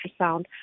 ultrasound